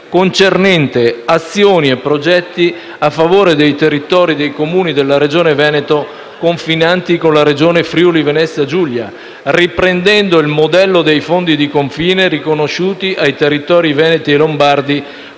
concernente azioni e progetti a favore dei territori dei Comuni della Regione Veneto confinanti con la Regione Friuli-Venezia Giulia, riprendendo il modello dei Fondi di confine riconosciuti ai territori veneti e lombardi